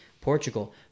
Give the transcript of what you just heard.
Portugal